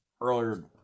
earlier